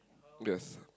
yes